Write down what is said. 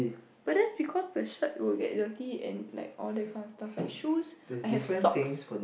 but that's because the shirt will get dirty and like all that kind of stuff like shoes I have socks